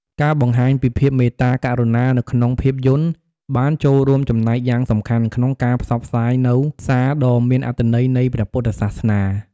ការបង្ហាញពីភាពមេត្តាករុណានៅក្នុងភាពយន្តបានចូលរួមចំណែកយ៉ាងសំខាន់ក្នុងការផ្សព្វផ្សាយនូវសារដ៏មានអត្ថន័យនៃព្រះពុទ្ធសាសនា។